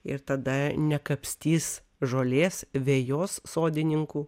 ir tada nekapstys žolės vejos sodininkų